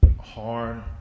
hard